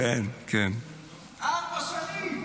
ארבע שנים.